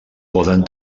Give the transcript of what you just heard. poden